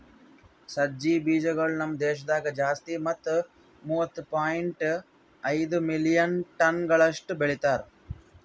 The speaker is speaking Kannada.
ಸಜ್ಜಿ ಬೀಜಗೊಳ್ ನಮ್ ದೇಶದಾಗ್ ಜಾಸ್ತಿ ಮತ್ತ ಮೂವತ್ತು ಪಾಯಿಂಟ್ ಐದು ಮಿಲಿಯನ್ ಟನಗೊಳಷ್ಟು ಬೆಳಿತಾರ್